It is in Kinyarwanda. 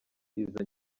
iza